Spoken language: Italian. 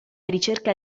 ricerca